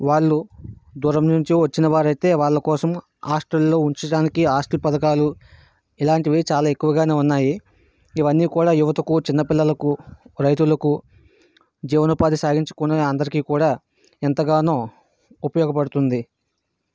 వాళ్ళు దూరం నుంచి వచ్చినవారైతే వాళ్ళకోసం హాస్టల్ లో ఉంచడానికి హాస్టల్ పథకాలు ఇలాంటివి చాలా ఎక్కువగానే ఉన్నాయి ఇవన్నీ కూడా యువతకు చిన్నపిల్లలకు రైతులకు జీవనోపాధి సాగించుకునే అందరికి కూడా ఎంతగానో ఉపయోగపడుతుంది